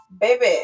baby